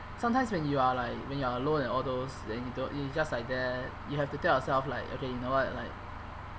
sometimes when you are like when you are alone and all those then you don't then you just like that you have to tell yourself like okay you know what like